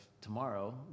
tomorrow